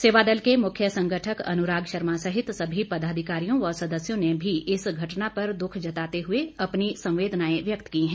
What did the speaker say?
सेवादल के मुख्य संगठक अनुराग शर्मा सहित सभी पदाधिकारियों व सदस्यों ने भी इस घटना पर द्ख जताते हुए अपनी संवेदनाएं व्यक्त की हैं